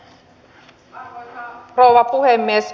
arvoisa rouva puhemies